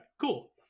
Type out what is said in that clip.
cool